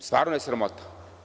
Stvarno je sramota.